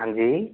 हाँ जी